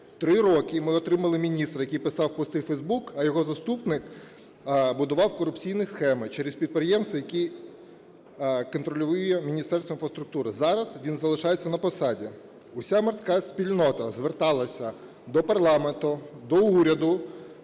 Три роки ми отримали міністра, який писав пости в Фейсбук, а його заступник будував корупційні схеми через підприємства, які контролює Міністерство інфраструктури. Зараз він залишається на посаді. Уся морська спільнота зверталася до парламенту, до уряду,